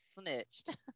snitched